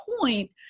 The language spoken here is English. point